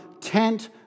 tent